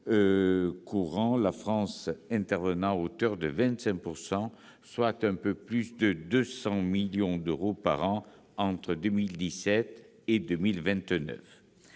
courants, la France intervenant à hauteur de 25 %, soit un peu plus de 200 millions d'euros par an entre 2017 et 2029.